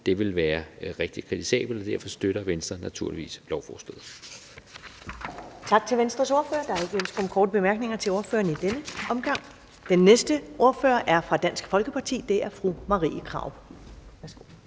det ville være rigtig kritisabelt, og derfor støtter Venstre naturligvis lovforslaget.